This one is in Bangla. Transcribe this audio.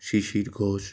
শিশির ঘোষ